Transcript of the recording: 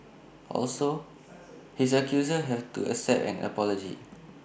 also his accusers have to accept an apology